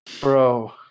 bro